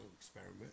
experiment